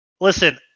Listen